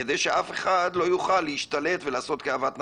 כדי שאף אחד לא יוכל להשתלט ולעשות כאוות נפשו.